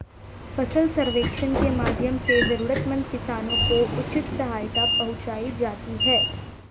फसल सर्वेक्षण के माध्यम से जरूरतमंद किसानों को उचित सहायता पहुंचायी जाती है